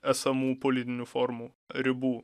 esamų politinių formų ribų